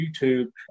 YouTube